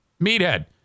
meathead